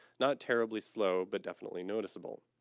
not terribly slow, but definitely noticeable.